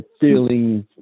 feelings